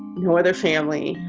no other family,